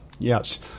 Yes